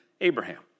Abraham